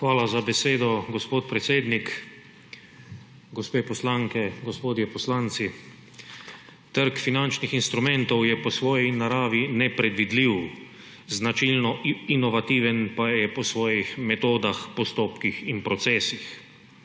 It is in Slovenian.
Hvala za besedo, gospod predsednik. Gospe poslanke, gospodje poslanci! Trg finančnih instrumentov je po svoji naravi nepredvidljiv, značilno inovativen pa je po svojih metodah, postopkih in procesih.